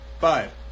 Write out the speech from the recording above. five